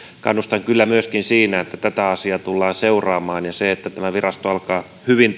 kannustan kyllä myöskin siinä että tätä asiaa tullaan seuraamaan ja että kiinnitetään huomiota siihen että tämä virasto alkaa hyvin